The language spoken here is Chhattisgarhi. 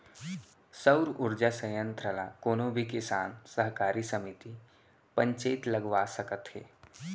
सउर उरजा संयत्र ल कोनो भी किसान, सहकारी समिति, पंचईत लगवा सकत हे